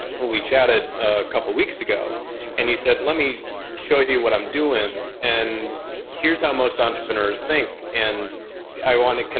when we chatted a couple of weeks ago and you said, let me show you you what i'm doing and here's how most entrepreneurs think and i want it kind